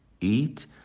eat